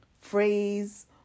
phrase